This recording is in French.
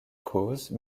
cause